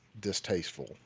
distasteful